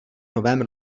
novém